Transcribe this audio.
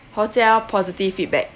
hotel positive feedback